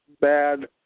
bad